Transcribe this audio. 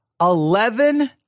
eleven